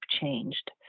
changed